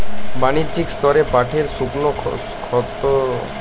বাণিজ্যিক স্তরে পাটের শুকনো ক্ষতরোগ কতটা কুপ্রভাব ফেলে?